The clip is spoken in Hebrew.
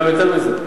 זה גם יותר מזה,